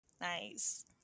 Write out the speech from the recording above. Nice